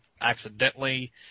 accidentally